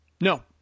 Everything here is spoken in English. No